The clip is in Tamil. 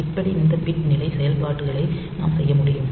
இப்படி இந்த பிட் நிலை செயல்பாடுகளை நாம் செய்ய முடியும்